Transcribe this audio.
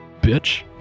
Bitch